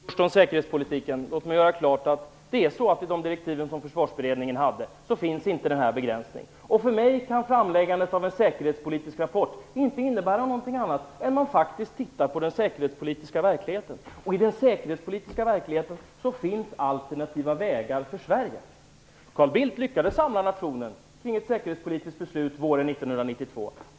Herr talman! Vad gäller säkerhetspolitiken vill jag göra klart att i de direktiv som Försvarsberedningen hade finns inte den begränsning som Britt Bohlin talade om. För mig kan framläggandet av en säkerhetspolitisk rapport inte innebära något annat än att man faktiskt tittar på den säkerhetspolitiska verkligheten, och i den säkerhetspolitiska verkligheten finns alternativa vägar för Sverige. Carl Bildt lyckades samla nationen kring ett säkerhetspolitiskt beslut våren 1992.